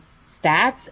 stats